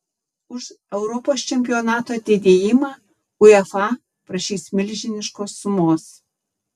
už europos čempionato atidėjimą uefa prašys milžiniškos sumos